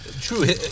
true